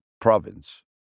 province